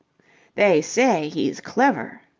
they say he's clever.